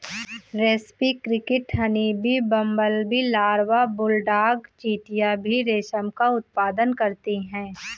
रेस्पी cricket, honeybee, bumblebee larva, bulldog चींटियां भी रेशम का उत्पादन करती हैं